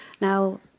Now